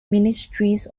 ministries